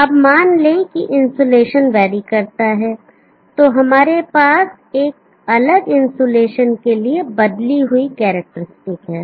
अब मान लें कि इन्सुलेशन वेरी करता है तो हमारे पास एक अलग इन्सुलेशन के लिए बदली हुई करैक्टरस्टिक है